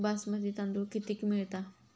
बासमती तांदूळ कितीक मिळता?